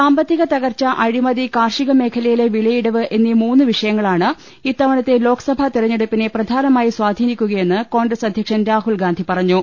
സാമ്പത്തിക തകർച്ച അഴിമതി കാർഷിക മേഖലയിലെ വില യിടിവ് എന്നീ മൂന്ന് വിഷയങ്ങളാണ് ഇത്തവണത്തെ ലോക്സഭാ തെരഞ്ഞെടുപ്പിനെ പ്രധാനമായി സ്വാധീനിക്കുകയെന്ന് കോൺഗ്രസ് അധ്യക്ഷൻ രാഹുൽഗാന്ധി പറഞ്ഞു